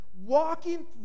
walking